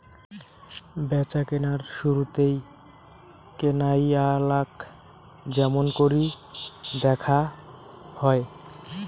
ব্যাচাকেনার শুরুতেই কেনাইয়ালাক য্যামুনকরি দ্যাখা হয়